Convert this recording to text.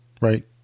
right